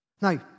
Now